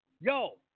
yo